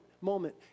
moment